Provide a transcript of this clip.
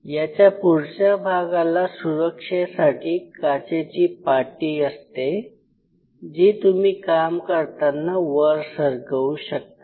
याच्या पुढच्या भागाला सुरक्षेसाठी काचेची पाटी असते जी तुम्ही काम करताना वर सरकवू शकतात